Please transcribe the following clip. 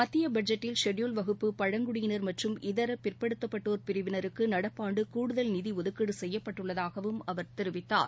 மத்திய பட்ஜெட்டில் ஷெட்பூல்டு வகுப்பு பழங்குடியினர் மற்றும் இதர பிற்படுத்தப்பட்டோர் பிரிவினருக்கு நடப்பாண்டு கூடுதல் நிதி ஒதுக்கீடு செய்யப்பட்டுள்ளதாகவும் அவர் தெரிவித்தார்